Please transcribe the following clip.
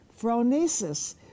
phronesis